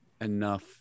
enough